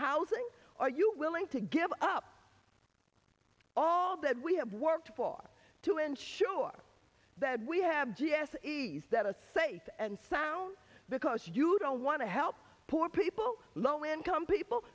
housing are you willing to give up all that we have worked for to ensure that we have g s ease that a safe and sound because you don't want to help poor people low income people